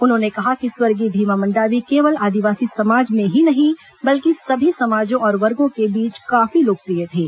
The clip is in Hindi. उन्होंने कहा कि स्वर्गीय भीमा मंडावी केवल आदिवासी समाज में नहीं बल्कि सभी समाजों और वर्गों के बीच काफी लोकप्रिय थे